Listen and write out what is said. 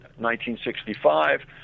1965